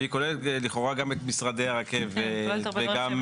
והיא כוללת לכאורה גם את משרדי הרכבת וגם,